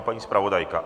Paní zpravodajka?